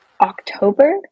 October